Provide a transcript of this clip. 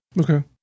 Okay